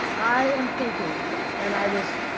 i am thinking that, and i was,